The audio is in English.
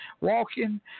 walking